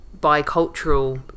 bicultural